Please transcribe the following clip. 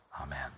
Amen